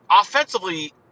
offensively